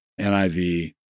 NIV